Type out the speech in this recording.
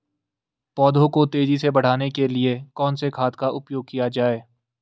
पौधों को तेजी से बढ़ाने के लिए कौन से खाद का उपयोग किया जाए?